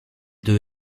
deux